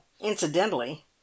incidentally